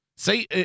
See